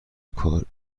کاری